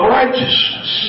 righteousness